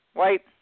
white